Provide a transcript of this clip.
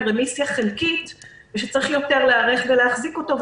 רמיסיה חלקית שצריך יותר להיערך ולהחזיק אותו,